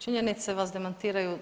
Činjenice vas demantiraju.